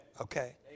Okay